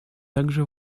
также